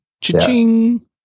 Cha-ching